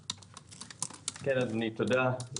תודה.